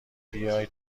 بیای